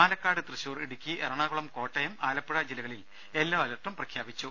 പാലക്കാട് തൃശൂർ ഇടുക്കി എറണാകുളം കോട്ടയം ആലപ്പുഴ ജില്ലകളിൽ യെല്ലോ അലർട്ടും പ്രഖ്യാപിച്ചു